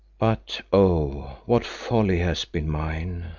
but oh, what folly has been mine.